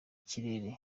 kirere